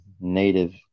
native